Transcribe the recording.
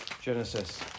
Genesis